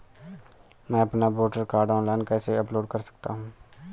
मैं अपना voter card online कैसे अपलोड कर सकता हूँ?